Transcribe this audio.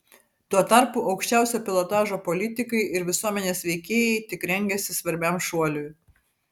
tuo tarpu aukščiausio pilotažo politikai ir visuomenės veikėjai tik rengiasi svarbiam šuoliui